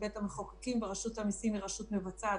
בית המחוקקים ורשות המסים היא רשות מבצעת.